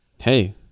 Hey